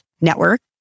network